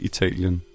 Italien